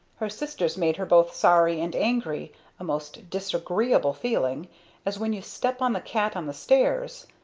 her sister's made her both sorry and angry a most disagreeable feeling as when you step on the cat on the stairs.